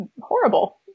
horrible